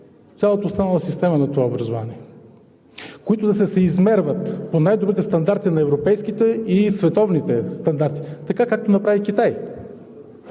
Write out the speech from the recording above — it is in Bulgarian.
цялата останала система на това образование, които да се съизмерват по най-добрите стандарти на европейските и световните стандарти така, както направи Китай.